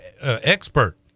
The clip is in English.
expert